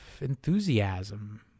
enthusiasm